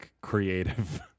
creative